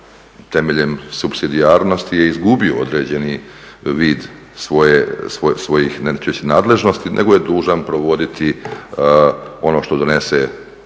temeljem supsidijarnosti je izgubio određeni vid svojih neću reći nadležnosti nego je dužan provoditi ono što donese